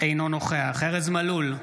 אינו נוכח ארז מלול,